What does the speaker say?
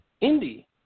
Indy